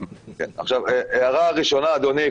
הערה ראשונה, אדוני.